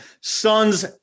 Sons